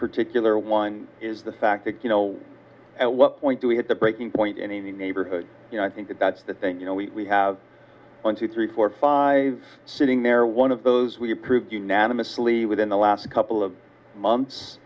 particular one is the fact that you know at what point do we have the breaking point in a neighborhood you know i think that's the thing you know we have one two three four five sitting there one of those we approved unanimously within the last couple of months